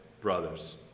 brothers